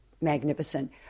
magnificent